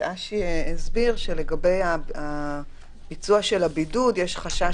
אשי הסביר שלגבי הביצוע של הבידוד יש חשש